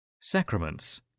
Sacraments